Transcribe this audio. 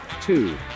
Two